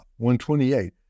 128